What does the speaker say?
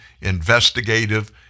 investigative